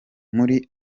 muri